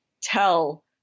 tell